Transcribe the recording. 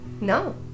No